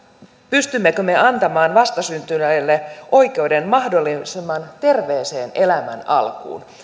pystymmekö me antamaan vastasyntyneille oikeuden mahdollisimman terveeseen elämän alkuun